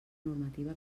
normativa